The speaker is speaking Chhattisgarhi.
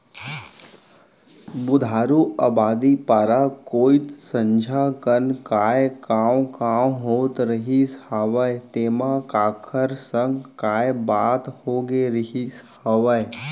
बुधारू अबादी पारा कोइत संझा कन काय कॉंव कॉंव होत रहिस हवय तेंमा काखर संग काय बात होगे रिहिस हवय?